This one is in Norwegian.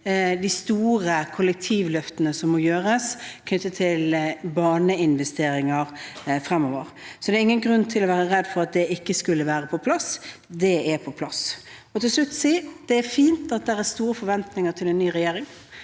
de store kollektivløftene som må gjøres knyttet til baneinvesteringer fremover. Så det er ingen grunn til å være redd for at det ikke skulle være på plass – det er på plass. Så vil jeg til slutt si: Det er fint at det er store forventninger til en ny regjering.